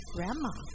Grandma